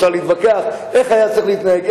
אפשר להתווכח איך היה צריך להתנהג,